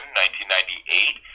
1998